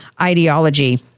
ideology